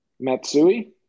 Matsui